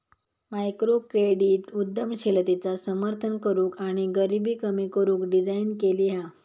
microcredit उद्यमशीलतेचा समर्थन करूक आणि गरीबी कमी करू डिझाईन केली हा